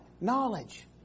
Knowledge